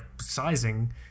sizing